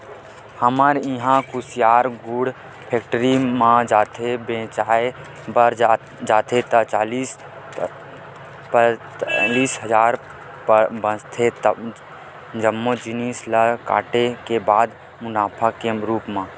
हमर इहां कुसियार गुड़ फेक्टरी म जाथे बेंचाय बर जाथे ता चालीस पैतालिस हजार बचथे जम्मो जिनिस ल काटे के बाद मुनाफा के रुप म